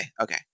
okay